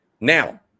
Now